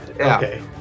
okay